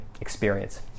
experience